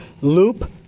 Loop